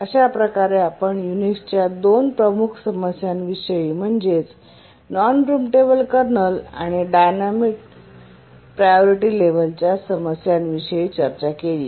अशा प्रकारे आपण युनिक्सच्या दोन प्रमुख समस्यांविषयी म्हणजेच नॉन प्रिम्पटेबल कर्नल आणि डायनॅमिक प्रायोरिटी लेवल समस्यांविषयी चर्चा केली